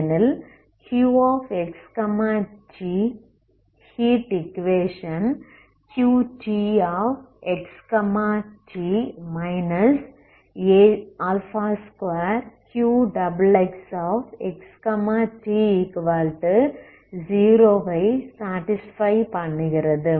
ஏனெனில் Qxt heat equation Qtxt 2Qxxxt0 ஐ satisfy பண்ணுகிறது